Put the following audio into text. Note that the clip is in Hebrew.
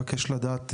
אני מבקש לדעת,